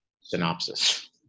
synopsis